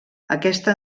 aquesta